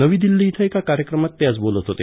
नवी दिल्ली इथं एका कार्यक्रमात ते आज बोलत होते